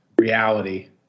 reality